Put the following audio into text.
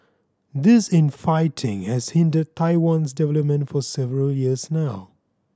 this infighting has hindered Taiwan's development for several years now